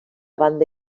banda